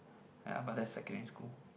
ya but that's secondary school